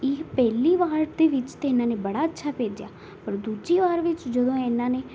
ਇਹ ਪਹਿਲੀ ਵਾਰ ਦੇ ਵਿੱਚ ਤਾਂ ਇਨ੍ਹਾਂ ਨੇ ਬੜਾ ਅੱਛਾ ਭੇਜਿਆ ਪਰ ਦੂਜੀ ਵਾਰ ਵਿੱਚ ਜਦੋਂ ਇੰਨ੍ਹਾਂ ਨੇ